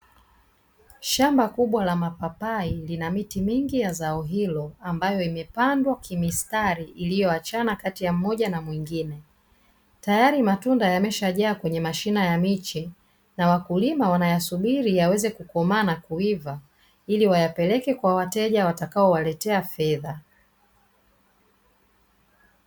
Shamba kubwa la mapapai, lina miti mingi ya zao hilo ambalo imepandwa kimistari iliyooachana kati ya mmoja na mwingine, tayari matunda yameshajaa kwenye mashina ya miche na wakulima wanayasubiri yaweze kukomaa na kuiva ili wayapeleke kwa wateja watakao waletea fedha.